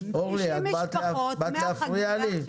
אורלי את באת להפריע לי?